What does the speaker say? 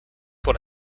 pour